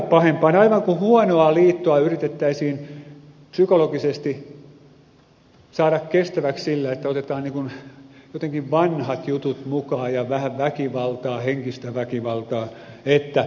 aivan kuin huonoa liittoa yritettäisiin psykologisesti saada kestäväksi sillä että otetaan jotenkin vanhat jutut mukaan ja vähän väkivaltaa henkistä väkivaltaa että nyt tehdään näin